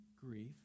grief